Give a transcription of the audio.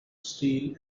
steel